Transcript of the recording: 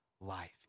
life